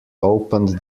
opened